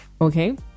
Okay